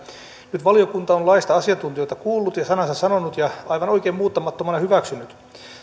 nyt valiokunta on laista asiantuntijoita kuullut ja sanansa sanonut ja aivan oikein muuttamattomana hyväksynyt